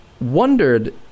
wondered